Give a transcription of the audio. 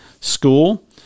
school